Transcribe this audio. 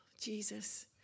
Jesus